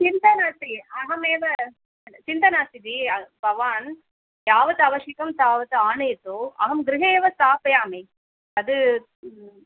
चिन्ता नास्ति अहमेव चिन्ता नास्ति जि भवान् यावत् आवश्यकं तावत् आनयतु अहं गृहे एव स्थापयामि तद्